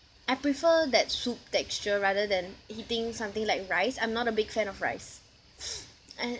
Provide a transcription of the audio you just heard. I prefer that soup texture rather than eating something like rice I'm not a big fan of rice and